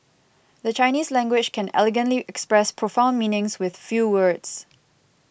the Chinese language can elegantly express profound meanings with few words